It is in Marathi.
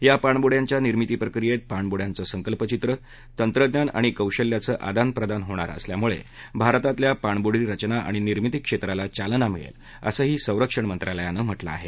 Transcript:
या पाणबुड्यांच्या निर्मितीप्रक्रियेत पाणबुड्यांचं संकल्पचित्र तंत्रज्ञान आणि कौशल्याचं आदानप्रदान होणार असल्यामुळे भारतातल्या पाणबुडी रचना आणि निर्मितीक्षेत्राला चालना मिळेल असंही संरक्षण मंत्रालयानं म्हटलं आहे